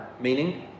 meaning